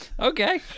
Okay